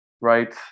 right